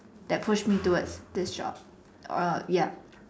that pushed me towards this job err ya